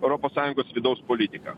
europos sąjungos vidaus politiką